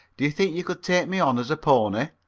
do you think you could take me on as a pony?